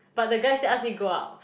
but the guy still ask me go out